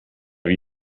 wie